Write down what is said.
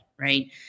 right